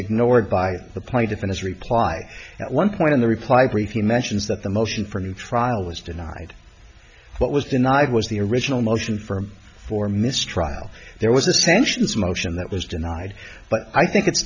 ignored by the plaintiff in his reply at one point in the reply brief he mentions that the motion for new trial was denied what was denied was the original motion for for a mistrial there was ascensions motion that was denied but i think it's